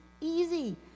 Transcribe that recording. Easy